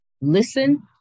listen